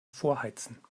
vorheizen